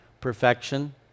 perfection